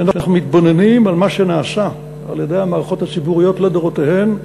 כשאנחנו מתבוננים על מה שנעשה על-ידי המערכות הציבוריות לדורותיהן,